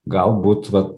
galbūt vat